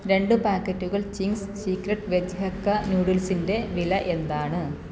രണ്ടു പാക്കറ്റുകൾ Ching's Secret veg hakka നൂഡിൽസിൻ്റെ വില എന്താണ്